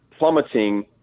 plummeting